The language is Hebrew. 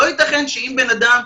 לא ייתכן שאם בן אדם,